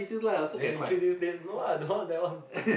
then you choose place no lah no that one